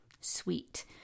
sweet